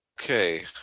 Okay